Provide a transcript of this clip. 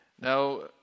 Now